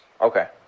Okay